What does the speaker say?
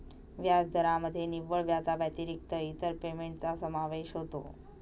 व्याजदरामध्ये निव्वळ व्याजाव्यतिरिक्त इतर पेमेंटचा समावेश होतो